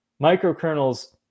microkernels